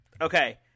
Okay